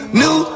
new